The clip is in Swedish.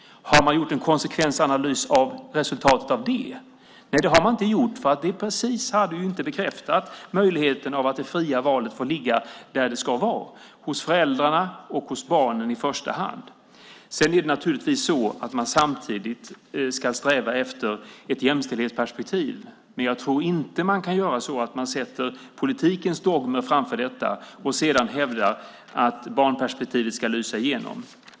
Har man gjort en konsekvensanalys av resultatet av det? Nej, det har man inte gjort, för det hade bekräftat möjligheten att det fria valet får ligga där det ska vara, hos föräldrarna och hos barnen i första hand. Man ska naturligtvis samtidigt sträva efter ett jämställdhetsperspektiv. Men jag tror inte att man kan sätta politikens dogmer framför detta och sedan hävda att barnperspektivet ska lysa igenom.